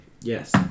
Yes